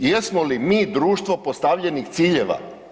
Jesmo li mi društvo postavljenih ciljeva?